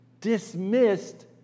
dismissed